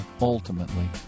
ultimately